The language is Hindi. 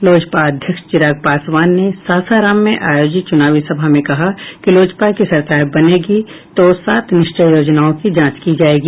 लोजपा अध्यक्ष चिराग पासवान ने सासाराम में आयोजित चुनावी सभा में कहा कि लोजपा की सरकार बनेगी तो सात निश्चय योजनाओं की जांच की जायेगी